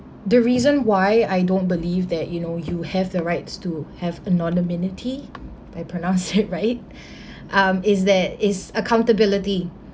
the reason why I don't believe that you know you have the rights to have anonymity I pronounced it right um is that its accountability